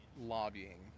lobbying